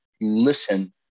listen